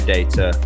Data